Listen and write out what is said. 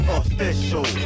official